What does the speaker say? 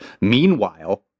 Meanwhile